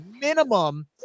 minimum